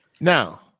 Now